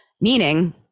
meaning